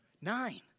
Nine